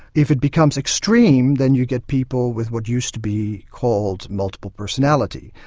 if it becomes extreme then you get people with what used to be called multiple-personality.